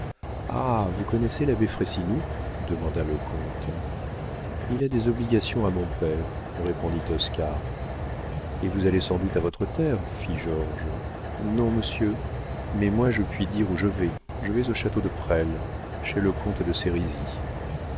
ah vous connaissez l'abbé frayssinous demanda le comte il a des obligations à mon père répondit oscar et vous allez sans doute à votre terre fit georges non monsieur mais moi je puis dire où je vais je vais au château de presles chez le comte de